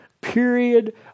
period